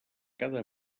cada